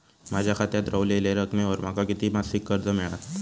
माझ्या खात्यात रव्हलेल्या रकमेवर माका किती मासिक कर्ज मिळात?